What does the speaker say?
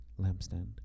lampstand